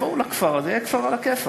יבואו לכפר הזה, יהיה כפר עלא כיפאק.